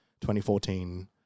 2014